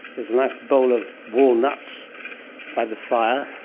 there's a nice bowl of walnuts by the fire,